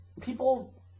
people